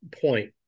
point